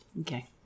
Okay